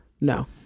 No